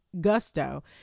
Gusto